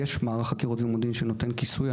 יש מערך חקירות ומודיעין שנותן כיסוי,